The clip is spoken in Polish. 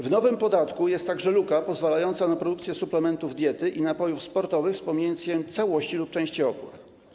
W nowym podatku jest także luka pozwalająca na produkcję suplementów diety i napojów sportowych z pominięciem całości lub części opłat.